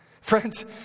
Friends